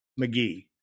McGee